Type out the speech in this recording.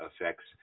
affects